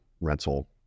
rental